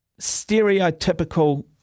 stereotypical